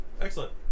Excellent